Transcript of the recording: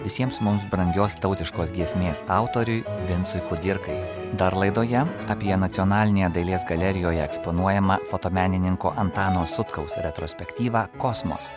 visiems mums brangios tautiškos giesmės autoriui vincui kudirkai dar laidoje apie nacionalinėje dailės galerijoje eksponuojamą fotomenininko antano sutkaus retrospektyvą cosmos